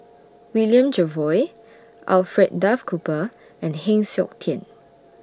William Jervois Alfred Duff Cooper and Heng Siok Tian